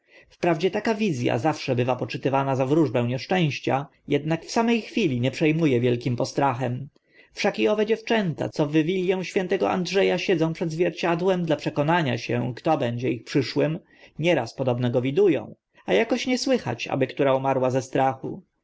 wprawdzie taka wiz a zawsze bywa poczytywana za wróżbę nieszczęścia ednak w same chwili nie prze mu e wielkim postrachem wszak i owe dziewczęta co w wilię świętego andrze a siedzą przed zwierciadłem dla przekonania się kto będzie ich przyszłym nieraz podobno go widu ą a akoś nie słychać aby która umarła ze strachu